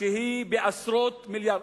שהיא בעשרות מיליארדים.